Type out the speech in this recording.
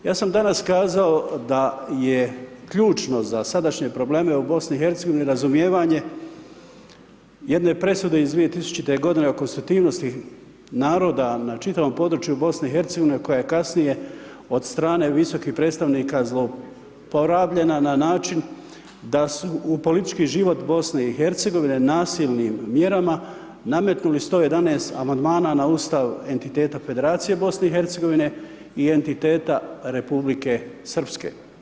Ja sam danas kazao da je ključno za sadašnje probleme u BiH razumijevanje jedne presude iz 2000. godine o konstitutivnosti naroda na čitavom području BiH koja je kasnije od strane visokih predstavnika zlouporabljena na način da su u politički život BiH nasilnim mjerama nametnuli 111 amandmana na ustav entiteta Federacije BiH i entiteta Republike Srpske.